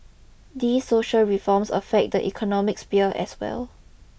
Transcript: these social reforms affect the economic spear as well